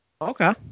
Okay